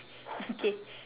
okay